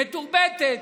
מתורבתת,